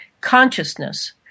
consciousness